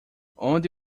onde